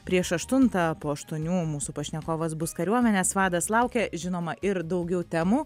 prieš aštuntą po aštuonių mūsų pašnekovas bus kariuomenės vadas laukia žinoma ir daugiau temų